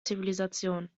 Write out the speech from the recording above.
zivilisation